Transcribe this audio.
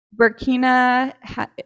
Burkina